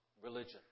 religion